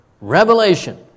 Revelation